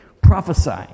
prophesying